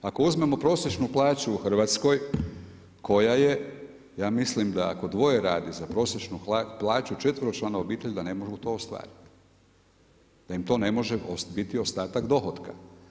Ako uzmemo prosječnu plaću u Hrvatskoj koja je, ja mislim da ako dvoje radi za prosječnu plaću četveročlana obitelj da ne mogu to ostvariti, da im to ne može biti ostatak dohotka.